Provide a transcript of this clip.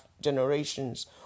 generations